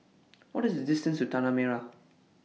What IS The distance to Tanah Merah